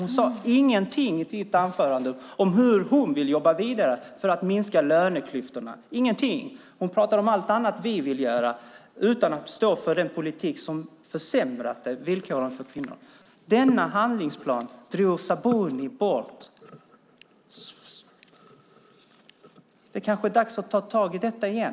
Hon sade ingenting i sitt anförande om hur hon vill jobba vidare för att minska löneklyftorna, ingenting. Hon talar om allt som vi vill göra i stället för att stå för den politik som försämrat villkoren för kvinnorna. Sabuni drog in handlingsplanen. Det kanske är dags att ta tag i frågan igen.